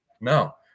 No